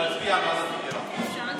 להצביע על ועדת חקירה.